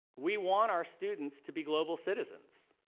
we want our students to be global citizens.